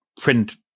print